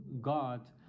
God